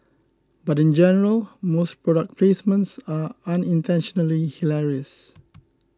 but in general most product placements are unintentionally hilarious